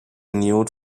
nude